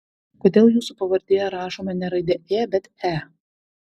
kodėl jūsų pavardėje rašoma ne raidė ė bet e